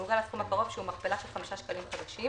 מעוגל לסכום הקרוב שהוא מכפלה של חמישה שקלים חדשים.".